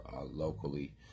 locally